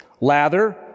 lather